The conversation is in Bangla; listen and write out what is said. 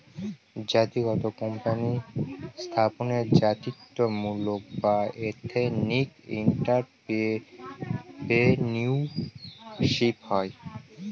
জাতিগত কোম্পানি স্থাপনে জাতিত্বমূলক বা এথেনিক এন্ট্রাপ্রেনিউরশিপ হয়